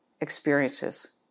experiences